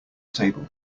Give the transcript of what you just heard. table